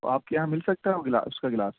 تو آپ کے یہاں مل سکتا ہے وہ گلاس اس کا گلاس